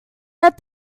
that